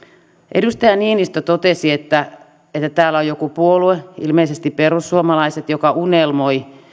edustaja niinistö totesi että täällä on joku puolue ilmeisesti perussuomalaiset joka unelmoi